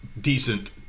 decent